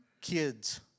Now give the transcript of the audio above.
kids